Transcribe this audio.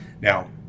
Now